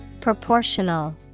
Proportional